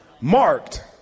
marked